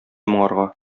моңарга